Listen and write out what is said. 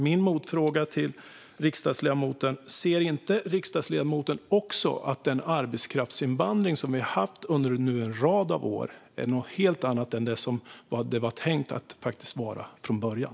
Min motfråga blir: Ser inte riksdagsledamoten att den arbetskraftsinvandring som vi har haft nu under en rad år är något helt annat än vad den var tänkt att vara från början?